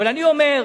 אבל אני אומר,